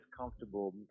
comfortable